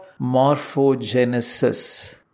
morphogenesis